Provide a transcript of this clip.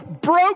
broke